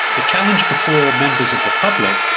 the challenge before members of the public,